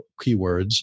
keywords